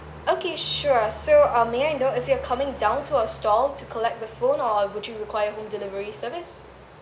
okay sure so um may I know if you're coming down to our stall to collect the phone or would you require home delivery service